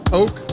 oak